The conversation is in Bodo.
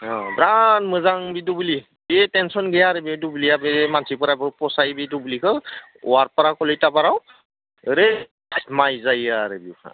औ दा मोजां बे दुब्लि बे टेनशन गैया आरो बे दुब्लिया बे मानसिफोराबो फसायो बे दुब्लिखौ वारफारा कलिटापारायाव ओरै माइ जायो आरो बेयावहा